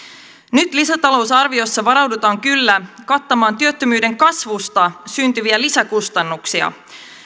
nyt lisätalousarviossa varaudutaan kyllä kattamaan työttömyyden kasvusta syntyviä lisäkustannuksia